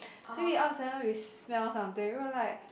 then we all of a suddenly we smell something we were like